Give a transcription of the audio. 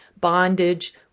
bondage